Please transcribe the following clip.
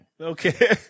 Okay